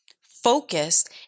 focused